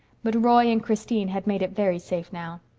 but roy and christine had made it very safe now.